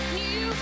new